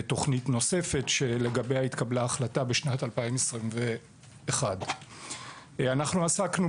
בתוכנית נוספת שלגביה התקבלה החלטה בשנת 2021. אנחנו עסקנו